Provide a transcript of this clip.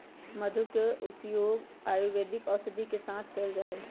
मधु के उपयोग आयुर्वेदिक औषधि के साथ कइल जाहई